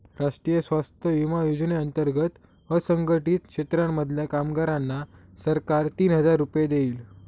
राष्ट्रीय स्वास्थ्य विमा योजने अंतर्गत असंघटित क्षेत्रांमधल्या कामगारांना सरकार तीस हजार रुपये देईल